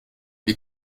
wie